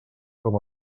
com